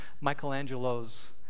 Michelangelo's